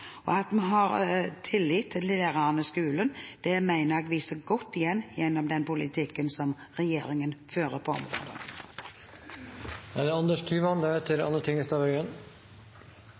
har. At vi har tillit til lærene og skolen, mener jeg vises godt igjen gjennom den politikken regjeringen fører på området. SV har fremmet et forslag om en tillitsreform i skolen, og jeg mener det er